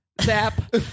Zap